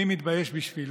אני מתבייש בשבילו.